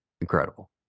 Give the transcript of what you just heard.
incredible